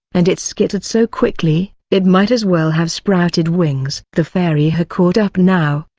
and it skittered so quickly, it might as well have sprouted wings. the fairy had caught up now,